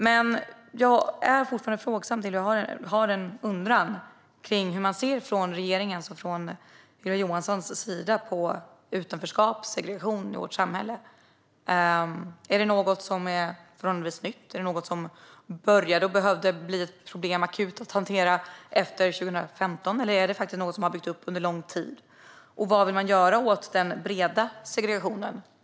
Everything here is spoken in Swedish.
Men jag undrar hur man från regeringens och från Ylva Johanssons sida ser på utanförskap och segregation i vårt samhälle. Är det något som är förhållandevis nytt? Är det något som blev ett akut problem att hantera efter 2015? Eller är det något som har byggts upp under en lång tid? Vad vill man göra åt den breda segregationen?